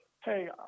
Hey